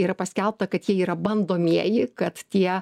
yra paskelbta kad jie yra bandomieji kad tie